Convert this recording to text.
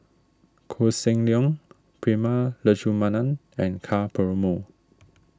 Koh Seng Leong Prema Letchumanan and Ka Perumal